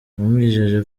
yamwijeje